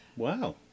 Wow